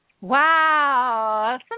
Wow